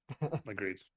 Agreed